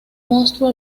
monstruo